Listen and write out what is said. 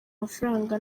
mafaranga